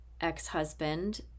ex-husband